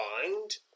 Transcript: find